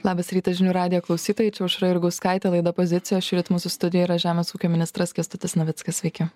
labas rytas žinių radijo klausytojai aušra jurgauskaitė laida pozicija šįryt mūsų studijoj yra žemės ūkio ministras kęstutis navickas sveiki